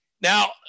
Now